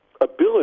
ability